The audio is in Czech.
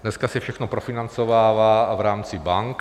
Dneska se všechno profinancovává v rámci bank.